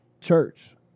church